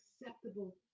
acceptable